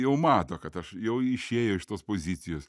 jau mato kad aš jau išėjo iš tos pozicijos